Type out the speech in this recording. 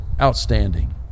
outstanding